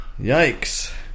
Yikes